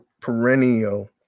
perennial